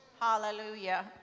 Hallelujah